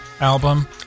album